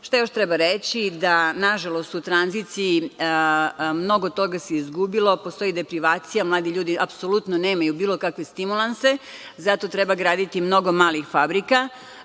još treba reći? Da nažalost u tranziciji se mnogo toga izgubilo, postoji deprivacija, mladi ljudi apsolutno nemaju bilo kakve stimulanse. Zato treba graditi mnogo malih fabrika,